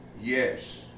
Yes